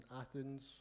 Athens